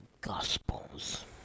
Gospels